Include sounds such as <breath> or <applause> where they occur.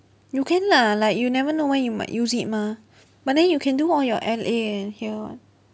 you can lah like you never know when you might use it mah <breath> but then you can do all your L_A and here [what]